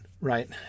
right